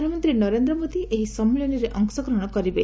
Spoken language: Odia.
ପ୍ରଧାନମନ୍ତ୍ରୀ ନରେନ୍ଦ୍ର ମୋଦି ଏହି ସମ୍ମିଳନୀରେ ଅଂଶଗ୍ରହଣ କରିବେ